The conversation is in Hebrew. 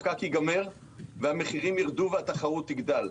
הפקק ייגמר והמחירים ירדו והתחרות תגדל.